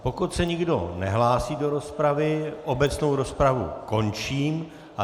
Pokud se nikdo nehlásí do rozpravy, obecnou rozpravu končím.